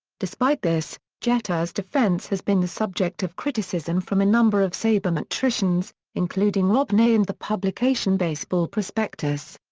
despite this, jeter's defense has been the subject of criticism from a number of sabermetricians, including rob neyer and the publication baseball prospectus.